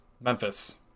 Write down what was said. Memphis